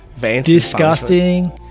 disgusting